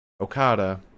Okada